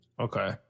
Okay